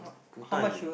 full time